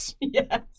Yes